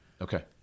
Okay